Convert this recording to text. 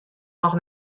noch